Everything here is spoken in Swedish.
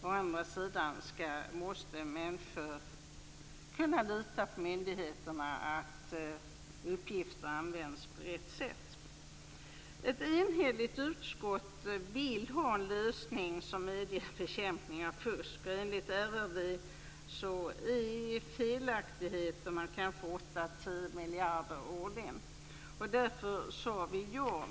Människor måste kunna lita på att myndigheterna använder uppgifterna på rätt sätt. Ett enhälligt utskott vill har en lösning som innebär bekämpning av fusk. Enligt RRV är felaktigheterna i storleksordningen 8-10 miljarder årligen. Därför sade vi ja.